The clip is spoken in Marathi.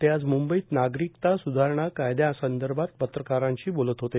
ते आज मुंबईत नागरिकता सुधारणा कायद्यासंदर्भात पत्रकारांशी बोलत होते